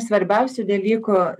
svarbiausių delykų